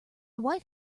wife